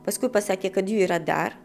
paskui pasakė kad jų yra dar